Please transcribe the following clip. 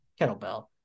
kettlebell